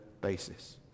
basis